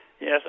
Yes